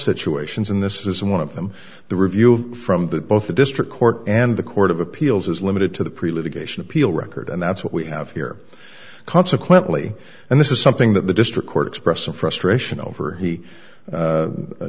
situations and this is one of them the review from that both the district court and the court of appeals is limited to the pre litigation appeal record and that's what we have here consequently and this is something that the district court expressed some frustration over the